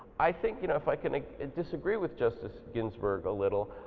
i think you know if i can ah disagree with justice ginsburg a little,